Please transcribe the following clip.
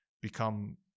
become